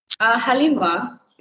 Halima